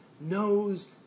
knows